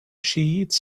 chiites